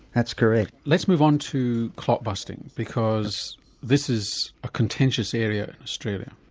that's correct. let's move on to clot busting because this is a contentious area in australia.